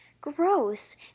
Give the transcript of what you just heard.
Gross